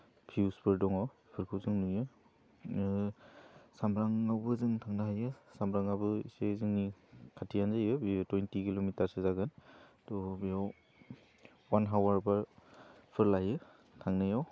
भिउसफोर दङ बेफोरखौ जों नुयो ओह सामब्रांआवबो जों थांनो हायो सामब्रांआबो इसे जोंनि खाथियानो जायो बियो थुइनथि किल'मिटारसो जागोन थ' बेयाव वान हावार फार फोर लायो थांनायाव